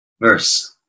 verse